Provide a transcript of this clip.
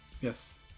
Yes